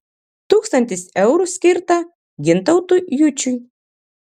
tūkstantis eurų skirta gintautui jučiui